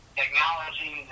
technology